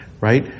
Right